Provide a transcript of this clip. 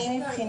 לפי